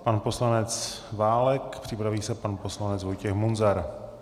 Pan poslanec Válek, připraví se pan poslanec Vojtěch Munzar.